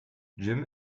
jim